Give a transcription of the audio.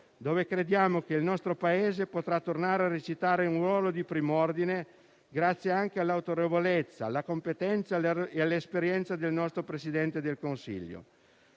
dove crediamo che il nostro Paese potrà tornare a recitare un ruolo di prim'ordine grazie anche all'autorevolezza, alla competenza e all'esperienza del nostro Presidente del Consiglio.